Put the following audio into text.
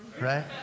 right